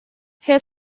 her